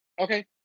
Okay